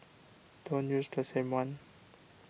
don't use the same one